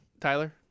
Tyler